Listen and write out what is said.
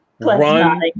run